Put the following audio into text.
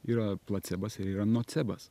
yra placebas ir yra nocebas